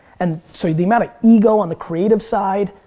and so the amount of ego on the creative side.